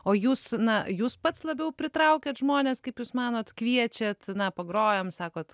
o jūs na jūs pats labiau pritraukiat žmones kaip jūs manot kviečiat na pagrojam sakot